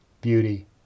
beauty